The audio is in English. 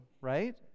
right